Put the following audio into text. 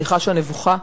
אני חשה נבוכה,